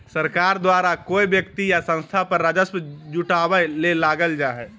सरकार द्वारा कोय व्यक्ति या संस्था पर राजस्व जुटावय ले लगाल जा हइ